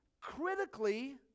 critically